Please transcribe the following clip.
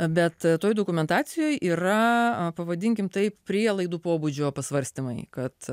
bet toj dokumentacijoj yra pavadinkim taip prielaidų pobūdžio pasvarstymai kad